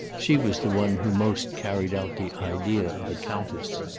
she was the one who most carried out the idea of a countess.